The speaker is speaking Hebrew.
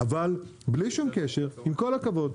אבל בלי שום קשר עם כל הכבוד,